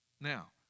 Now